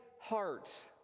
hearts